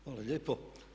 Hvala lijepo.